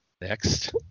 next